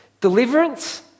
deliverance